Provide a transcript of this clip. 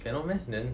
cannot meh then